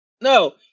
No